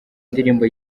indirimbo